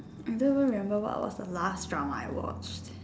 I don't even remember what was the last drama I watched